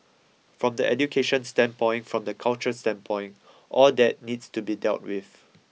from the education standpoint from the culture standpoint all that needs to be dealt with